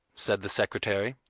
said the secretary.